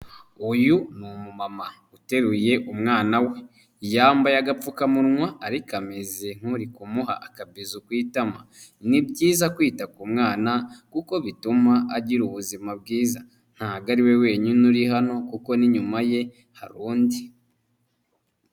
Uyu ni umumama uteruye umwana we, yambaye agapfukamunwa ariko ameze nk'uri kumuha akabizo kutama, ni byiza kwita ku mwana kuko bituma agira ubuzima bwiza, ntago ari we wenyine uri hano kuko n'inyuma ye hari undi.